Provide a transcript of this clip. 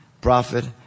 prophet